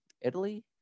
Italy